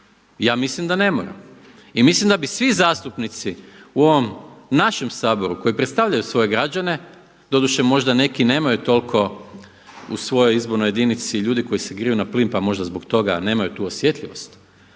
Ja mislim da ne mora. I mislim da bi svi zastupnici u ovom našem Saboru koji predstavljaju svoje građane, doduše možda neki nemaju toliko u svojoj izbornoj jedinici ljudi koji se griju na plin, pa možda zbog toga nemaju tu osjetljivost.